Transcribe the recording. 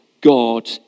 God